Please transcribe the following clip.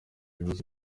ibibazo